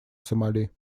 сомали